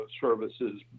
Services